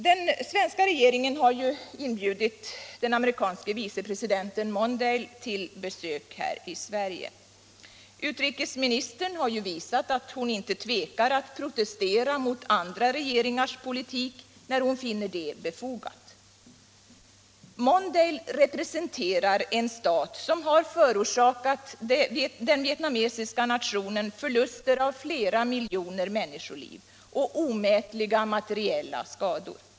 Den svenska regeringen har inbjudit den amerikanske vicepresidenten Mondale till besök i Sverige. Utrikesministern har visat att hon inte tvekar att protestera mot andra regeringars politik när hon finner det befogat. Mondale representerar en stat som har förorsakat den vietnamesiska nationen förluster av flera miljoner människoliv och omätliga materiella skador.